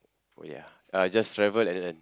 oh ya I just travel and then